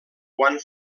quan